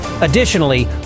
Additionally